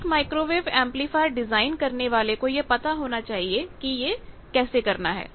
एक microwave amplifier design करने वाले को यह पता होना चाहिए कि इसे कैसे करना है